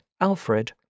Alfred